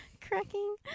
cracking